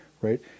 Right